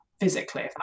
physically